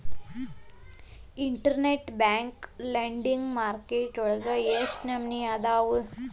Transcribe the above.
Internet bank lending market ವಳಗ ಎಷ್ಟ್ ನಮನಿಅದಾವು?